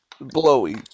Blowy